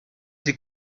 sie